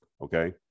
okay